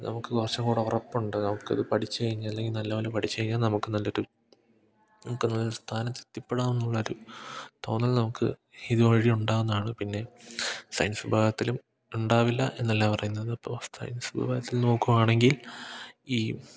നമുക്ക് കുറച്ചും കൂടെ ഉറപ്പൊണ്ട് നമുക്ക് അത് പഠിച്ചു കഴിഞ്ഞില്ല എങ്കിൽ നല്ലപോലെ പഠിച്ച് കഴിഞ്ഞാൽ നമുക്ക് നല്ലൊരു നമുക്ക് നല്ലൊരു സ്ഥാനത്ത് എത്തിപ്പെടാന്ന് ഉള്ളൊരു തോന്നൽ നമുക്ക് ഇതുവഴി ഉണ്ടാവുന്നതാണ് പിന്നേം സയൻസ് വിഭാഗത്തിലും ഉണ്ടാവില്ല എന്നല്ല പറയുന്നതിപ്പോൾ സയൻസ് വിഭാഗത്തിൽ നോക്കുവാണെങ്കിൽ ഈ